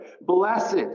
Blessed